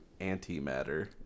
antimatter